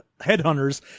headhunters